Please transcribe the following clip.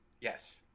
Yes